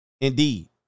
Indeed